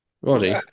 Roddy